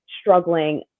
struggling